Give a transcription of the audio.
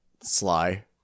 Sly